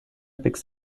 picks